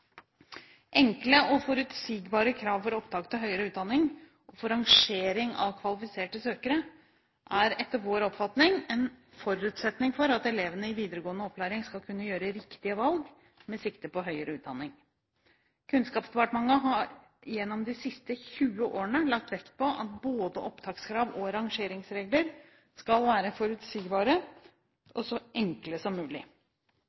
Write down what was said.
Enkle og forutsigbare krav til opptak til høyere utdanning og rangering av kvalifiserte søkere er etter vår oppfatning en forutsetning for at elevene i videregående opplæring skal kunne gjøre riktige valg med sikte på høyere utdanning. Kunnskapsdepartementet har gjennom de siste 20 årene lagt vekt på at både opptakskrav og rangeringsregler skal være forutsigbare og så enkle som mulig.